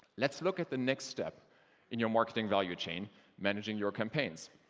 let's look at the next step in your marketing value chain managing your campaigns.